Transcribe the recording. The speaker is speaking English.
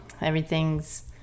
everything's